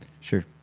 Sure